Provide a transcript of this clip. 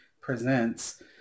presents